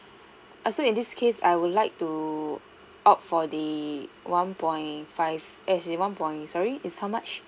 so in this case I would like to opt for the one point five as in one point sorry is how much